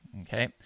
Okay